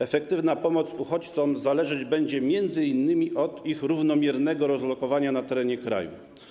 Efektywna pomoc uchodźcom zależeć będzie m.in. od ich równomiernego rozlokowania na terenie kraju.